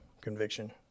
conviction